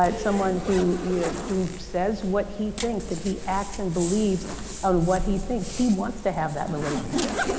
um someone who you know who says what he thinks, that he acts and believes on what he thinks, he wants to have that relationship